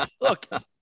Look